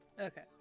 okay